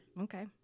Okay